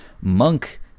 monk